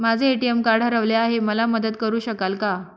माझे ATM card हरवले आहे, मला मदत करु शकाल का?